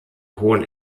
hohen